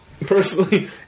Personally